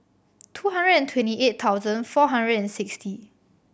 two hundred and twenty eight thousand four hundred and sixty